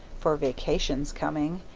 for vacation's coming,